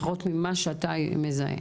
לפי מה שאתה מזהה,